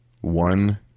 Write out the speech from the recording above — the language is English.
One